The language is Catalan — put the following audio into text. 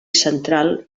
central